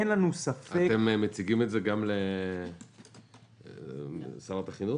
אין לנו ספק -- אתם מציגים את זה גם לשרת החינוך?